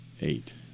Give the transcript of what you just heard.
Eight